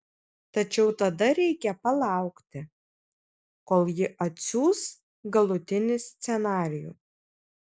tačiau tada reikia palaukti kol ji atsiųs galutinį scenarijų